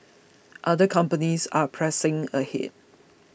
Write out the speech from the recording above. other companies are pressing ahead